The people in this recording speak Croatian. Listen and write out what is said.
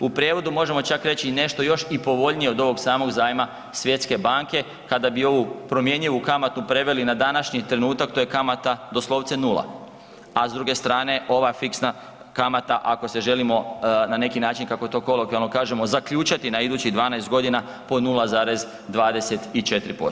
U prijevodu možemo čak reći nešto još i povoljnije od ovog samog zajma Svjetske banke kada bi ovu promjenjivu kamatu preveli na današnji trenutak, to je kamata doslovce nula, a s druge strane ova fiksna kamata ako se želimo na neki način kako to kolokvijalno kažemo zaključati na idućih 12 godina po 0,24%